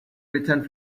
returned